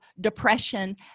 depression